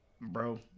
Bro